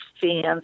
fans